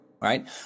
right